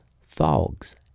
fogs